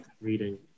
reading